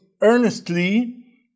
earnestly